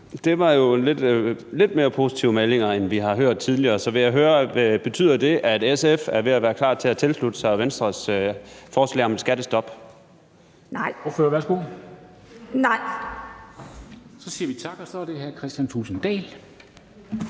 Det var jo lidt mere positive meldinger, end vi har hørt tidligere. Så vil jeg høre: Betyder det, at SF er ved at være klar til at tilslutte sig Venstres forslag om et skattestop? Kl. 14:49 Formanden (Henrik Dam Kristensen):